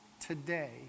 today